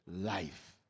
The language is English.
Life